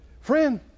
Friend